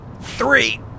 three